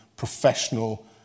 professional